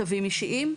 צווים אישיים?